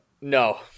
no